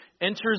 enters